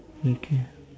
okay